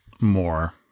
more